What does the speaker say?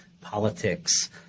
politics